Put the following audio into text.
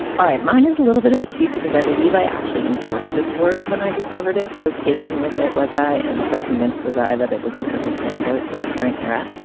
all right mine is a little bit of a cheat because i believe i actually endorse this word when i discovered it. so taken with it was i. and so convinced was i that it was the perfect antidote to our current era.